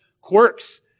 quirks